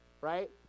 right